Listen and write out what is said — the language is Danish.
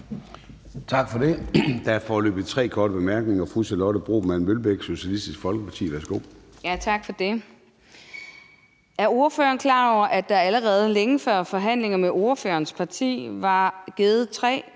Tak for det. Der er foreløbig tre med korte bemærkninger. Fru Charlotte Broman Mølbæk, Socialistisk Folkeparti. Værsgo. Kl. 23:38 Charlotte Broman Mølbæk (SF): Tak for det. Er ordføreren klar over, at der allerede længe før forhandlingerne med ordførerens parti var givet tre